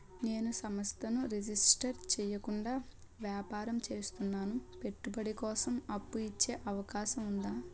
నేను సంస్థను రిజిస్టర్ చేయకుండా వ్యాపారం చేస్తున్నాను పెట్టుబడి కోసం అప్పు ఇచ్చే అవకాశం ఉందా?